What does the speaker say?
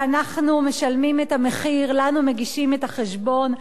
ואנחנו משלמים את המחיר, לנו מגישים את החשבון.